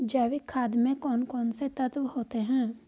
जैविक खाद में कौन कौन से तत्व होते हैं?